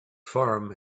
farm